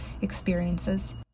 experiences